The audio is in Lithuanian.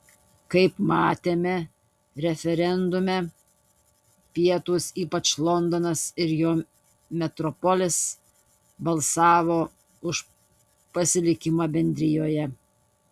kaip matėme referendume pietūs ypač londonas ir jo metropolis balsavo už pasilikimą bendrijoje